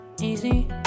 Easy